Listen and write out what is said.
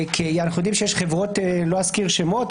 כי אנחנו יודעים שיש חברות לא אזכיר שמות,